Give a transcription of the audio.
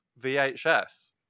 VHS